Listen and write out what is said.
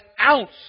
ounce